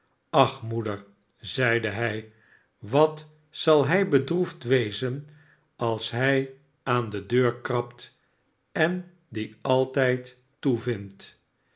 ach moeder zeide hij wat zal hij bedroefd wezen als hij aan de deur krabt en die altijd toe vindt